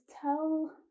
tell